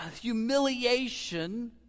humiliation